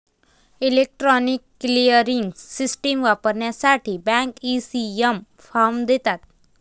electronic clearing system वापरण्यासाठी bank, ECS form देतात